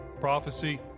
prophecy